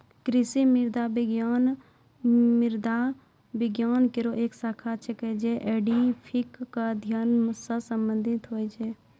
कृषि मृदा विज्ञान मृदा विज्ञान केरो एक शाखा छिकै, जे एडेफिक क अध्ययन सें संबंधित होय छै